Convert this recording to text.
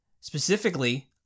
specifically